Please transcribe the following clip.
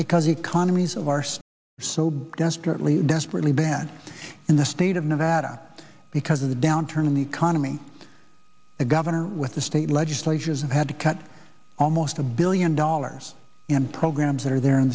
because economies of ours so desperately desperately bad in the state of nevada because of the downturn in the economy a governor with the state legislators have had to cut almost a billion dollars in programs that are there in